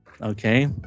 Okay